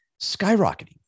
skyrocketing